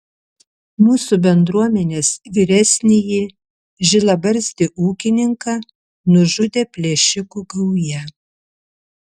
mūsų bendruomenės vyresnįjį žilabarzdį ūkininką nužudė plėšikų gauja